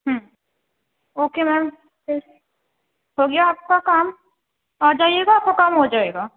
okay ma'am پھر ہو گیا آپ کا کام آ جائیے گا آپ کا کام ہو جائے گا